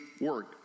work